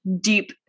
deep